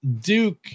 Duke